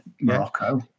Morocco